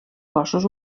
cossos